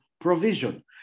provision